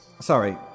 Sorry